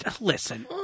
listen